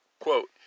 Quote